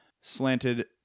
slanted